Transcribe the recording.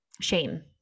shame